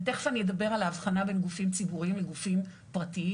ותיקף אני אדבר האבחנה בין גופים ציבוריים לגופים פרטיים.